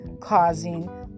causing